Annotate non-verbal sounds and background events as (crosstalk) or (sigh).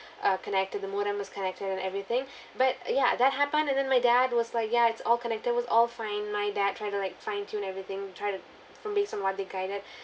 uh connected the modem was connected and everything (breath) but ya that happened and then my dad was like ya it's all connected was all fine my dad try to like fine tune everything try to from based on what they guided